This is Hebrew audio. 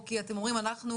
או כי אתם אומרים אנחנו,